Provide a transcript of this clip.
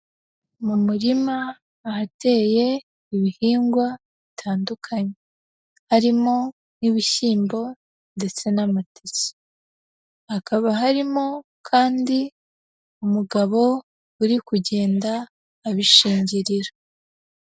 Mu murima ahateye ibihingwa bitandukanye, harimo nk'ibishyimbo ndetse n'amateke, hakaba harimo kandi umugabo uri kugenda abishingirira.